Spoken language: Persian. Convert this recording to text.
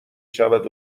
شود